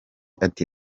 ati